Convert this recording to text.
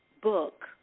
book